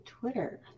Twitter